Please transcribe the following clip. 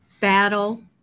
battle